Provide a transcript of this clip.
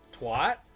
twat